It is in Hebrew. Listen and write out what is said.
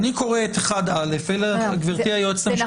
אני לא יודע אם גוף הרישוי נמצא